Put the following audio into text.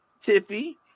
Tiffy